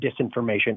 disinformation